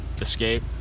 escape